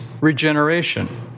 regeneration